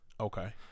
Okay